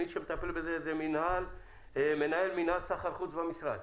מי שמטפל בזה זה מנהל מינהל סחר חוץ במשרד.